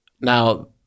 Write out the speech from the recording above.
Now